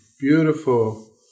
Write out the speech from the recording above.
beautiful